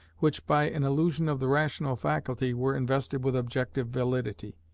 which, by an illusion of the rational faculty, were invested with objective validity.